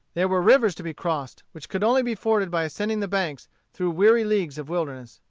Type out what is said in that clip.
there were rivers to be crossed, which could only be forded by ascending the banks through weary leagues of wilderness.